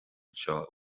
anseo